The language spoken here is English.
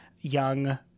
young